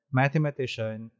mathematician